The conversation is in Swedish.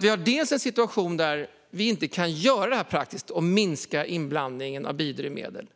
Vi har alltså en situation där vi inte kan göra detta praktiskt och minska inblandningen av biodrivmedel.